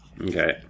Okay